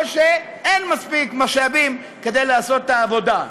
או שאין מספיק משאבים לעשות את העבודה.